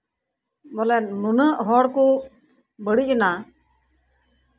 ᱵᱚᱞᱮ ᱱᱩᱱᱟᱹᱜ ᱦᱚᱲ ᱠᱚ ᱵᱟᱹᱲᱤᱡ ᱮᱱᱟ